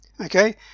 Okay